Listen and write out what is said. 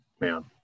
Man